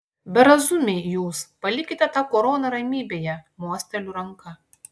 berazumiai jūs palikite tą koroną ramybėje mosteliu ranka